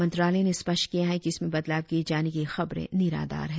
मंत्रालय ने स्पष्ट किया है कि इसमें बदलाव किए जाने की खबरें निराधार हैं